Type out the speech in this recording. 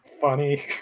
funny